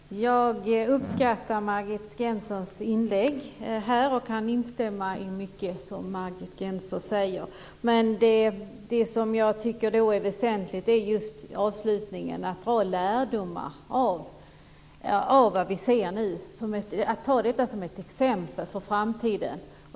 Fru talman! Jag uppskattar Margit Gennsers inlägg och kan instämma i mycket av det hon sade. Men mest väsentligt var just avslutningen - att vi bör dra lärdom av vad vi ser och ta detta som ett exempel för framtiden.